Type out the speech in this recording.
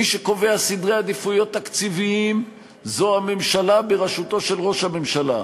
מי שקובע סדרי עדיפויות תקציביים זה הממשלה בראשותו של ראש הממשלה,